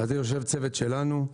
יושב צוות שלנו.